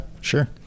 sure